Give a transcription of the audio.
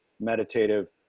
meditative